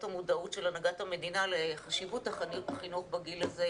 את המודעות של הנהגת המדינה לחשיבות החינוך בגיל הזה,